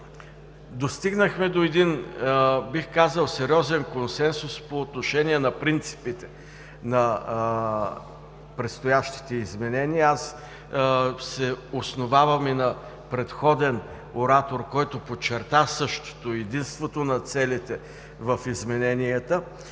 достигнахме до сериозен консенсус по отношение на принципите на предстоящите изменения. Аз се основавам и на предходен оратор, който подчерта същото – единството на целите в измененията.